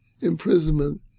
imprisonment